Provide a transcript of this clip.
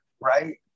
right